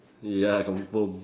ya confirm